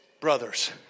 brothers